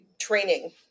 training